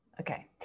Okay